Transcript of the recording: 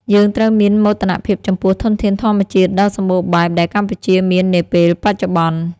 យើងត្រូវមានមោទនភាពចំពោះធនធានធម្មជាតិដ៏សម្បូរបែបដែលកម្ពុជាមាននាពេលបច្ចុប្បន្ន។